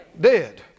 dead